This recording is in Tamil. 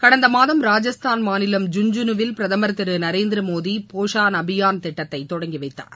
கடந்த மாதம் ராஜஸ்தான் மாநிலம் ஜூன்ஜூனுவில் பிரதமர் திரு நரேந்திரமோடி போஷான் அபியான் திட்டத்தை தொடங்கிவைத்தார்